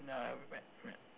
n~ nevermind